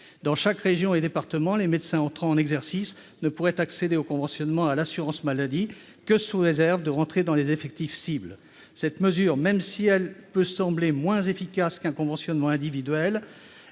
Dans chaque région et département, les médecins commençant à exercer ne pourraient accéder au conventionnement à l'assurance maladie que sous réserve d'entrer dans les effectifs ciblés. Cette mesure peut sembler moins efficace qu'un conventionnement individuel